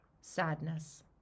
sadness